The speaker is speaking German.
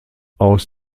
aus